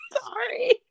Sorry